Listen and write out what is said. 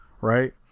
right